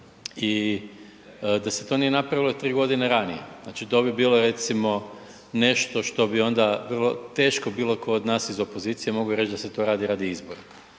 i da se to nije napravilo 3 godine ranije. Znači, to bi bilo recimo nešto što bi onda vrlo teško bilo tko od nas iz opozicije da se to radi radi izbora.